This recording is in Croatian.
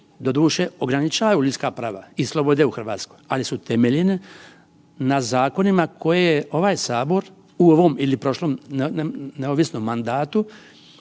doduše ograničavaju ljudska prava i slobode u Hrvatskoj, ali su temeljene na zakonima koje ovaj Sabor u ovom ili prošlom neovisno mandatu